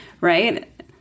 right